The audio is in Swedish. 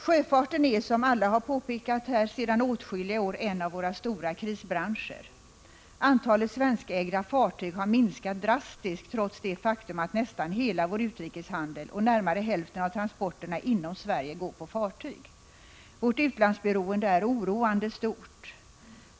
Sjöfarten är, som alla har påpekat här, sedan åtskilliga år tillbaka en av våra stora krisbranscher. Antalet svenskägda fartyg har minskat drastiskt, trots det faktum att nästan hela vår utrikeshandel och närmare hälften av transporterna inom Sverige går på fartyg. Vårt utlandsberoende är oroande stort.